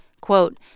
quote